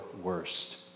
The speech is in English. worst